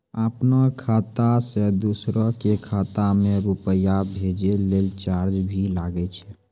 आपनों खाता सें दोसरो के खाता मे रुपैया भेजै लेल चार्ज भी लागै छै?